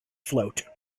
float